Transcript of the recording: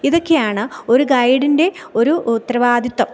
ഇതൊക്കെയാണ് ഒരു ഗൈഡിൻ്റെ ഒരു ഉത്തരവാദിത്വം